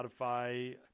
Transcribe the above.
Spotify